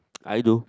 I do